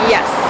Yes